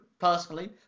personally